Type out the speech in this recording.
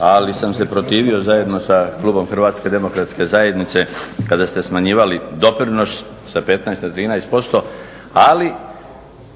ali sam se protivio zajedno sa klubom HDZ-a kada ste smanjivali doprinos sa 15 na 13%, ali